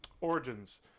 Origins